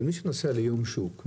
אבל מי שנוסע ליום שוק,